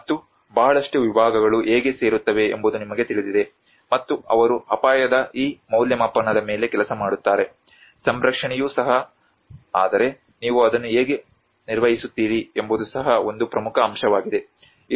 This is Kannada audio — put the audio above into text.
ಮತ್ತು ಬಹಳಷ್ಟು ವಿಭಾಗಗಳು ಹೇಗೆ ಸೇರುತ್ತವೆ ಎಂಬುದು ನಿಮಗೆ ತಿಳಿದಿದೆ ಮತ್ತು ಅವರು ಅಪಾಯದ ಈ ಮೌಲ್ಯಮಾಪನದ ಮೇಲೆ ಕೆಲಸ ಮಾಡುತ್ತಾರೆ ಸಂರಕ್ಷಣೆಯೂ ಸಹ ಆದರೆ ನೀವು ಅದನ್ನು ಹೇಗೆ ನಿರ್ವಹಿಸುತ್ತೀರಿ ಎಂಬುದು ಸಹ ಒಂದು ಪ್ರಮುಖ ಅಂಶವಾಗಿದೆ